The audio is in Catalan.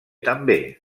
també